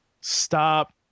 stop